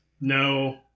no